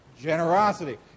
generosity